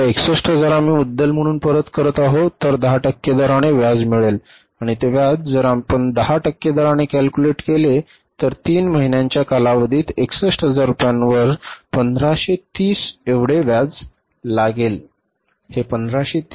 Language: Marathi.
आता 61000 आम्ही मुद्दल म्हणून परत करत आहोत तर १० टक्के दराने व्याज मिळेल आणि ते व्याज जर आपण १० टक्के दराने calculate केले तर तीन महिन्यांच्या कालावधीतील 61000 रुपयांवर 1530 एवढे व्याज लागेल